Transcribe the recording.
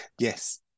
yes